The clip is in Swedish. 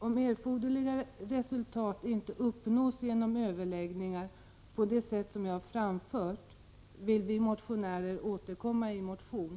Om erforderliga resultat inte uppnås genom överläggningar, på det sätt som jag har framfört, vill vi motionärer återkomma i motion.